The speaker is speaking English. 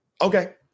Okay